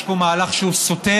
יש בזה מהלך שהוא סותר,